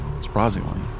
Surprisingly